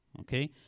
Okay